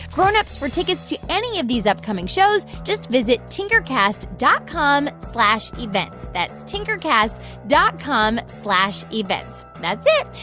grown-ups, for tickets to any of these upcoming shows, just visit tinkercast dot com slash events. that's tinkercast dot com slash events. that's it.